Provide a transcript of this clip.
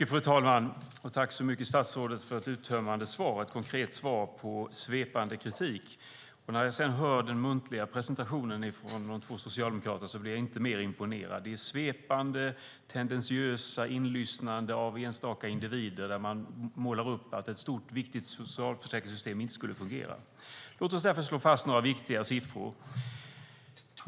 Fru talman! Jag tackar statsrådet för ett uttömmande och konkret svar på svepande kritik. När jag sedan hör den muntliga presentationen från de två socialdemokraterna blir jag inte imponerad. Det är svepande, tendentiösa inlyssnanden av enstaka individer där man målar upp bilden av att ett stort och viktigt socialförsäkringssystem inte skulle fungera. Låt oss därför slå fast några viktiga siffror.